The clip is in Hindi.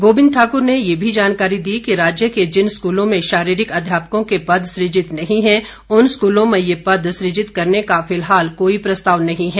गोविंद ठाक्र यह भी जानकारी दी कि राज्य के जिन स्कूलों में शारीरिक अध्यापकों के पद सुजित नहीं हैं उन स्कूलों में ये पद सुजित करने का फिलहाल कोई प्रस्ताव नहीं है